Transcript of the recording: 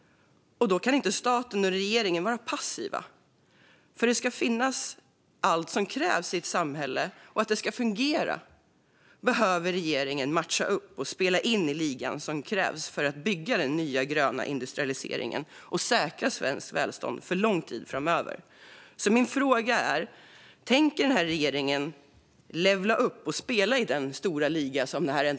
Då kan inte staten och regeringen vara passiva. För att det ska finnas allt som krävs för att ett samhälle ska kunna fungera behöver regeringen matcha upp och spela in i den liga som krävs för att bygga den nya gröna industrialiseringen och säkra svenskt välstånd för lång tid framöver. Min fråga är: Tänker den här regeringen levla upp och spela i den stora liga som krävs framöver?